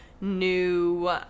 new